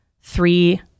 three